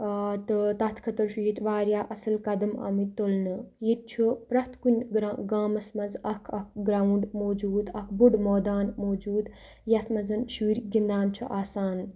تہٕ تَتھ خٲطرٕ چھُ ییٚتہِ واریاہ اَصٕل قدم آمٕتۍ تُلنہٕ ییٚتہِ چھُ پرٛٮ۪تھ کُنہِ گرا گامَس منٛز اَکھ اَکھ گرٛاوُنٛڈ موٗجوٗد اَکھ بوٚڑ مٲدان موٗجوٗد یَتھ منٛز شُرۍ گِنٛدان چھُ آسان